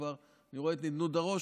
אני רואה את נדנוד הראש,